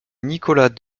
nicolas